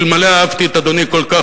אלמלא אהבתי את אדוני כל כך,